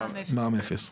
מע"מ אפס.